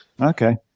Okay